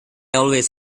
always